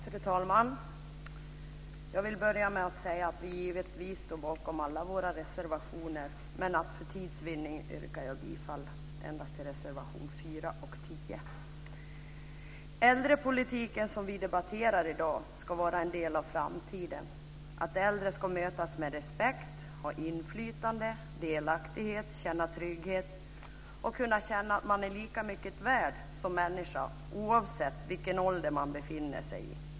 Fru talman! Jag vill börja med att säga att vi givetvis står bakom alla våra reservationer, men för tids vinnande yrkar jag bifall endast till reservationerna 4 Äldrepolitiken, som vi debatterar i dag, ska vara en del av framtiden. Äldre ska mötas med respekt, ha inflytande och delaktighet och känna trygghet och kunna känna att man är lika mycket värd som människa oavsett vilken ålder man befinner sig i.